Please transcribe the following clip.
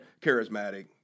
charismatic